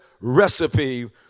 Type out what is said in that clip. recipe